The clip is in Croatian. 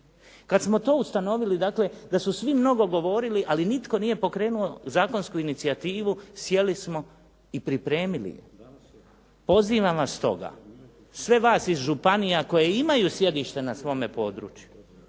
Kad smo to ustanovili, dakle da su svi mnogo govorili, ali nitko nije pokrenuo zakonsku inicijativu, sjeli smo i pripremili je. Pozivam vas stoga, sve vas iz županija koje imaju sjedište na svome području,